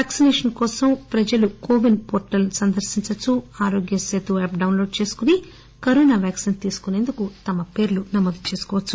vaccination కోసం ప్రజలు CoWIN portal సందర్శిస్తూ Aarogya Setu app download చేసుకుని కరోనా వ్యాక్పిన్ కు తమ పేర్లు నమోదు చేసుకోవచ్చు